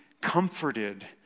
comforted